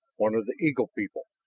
one of the eagle people,